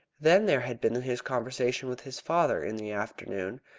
then there had been his conversation with his father in the afternoon,